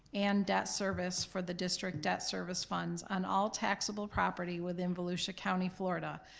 and debt service for the district debt service funds on all taxable property within volusia county, florida,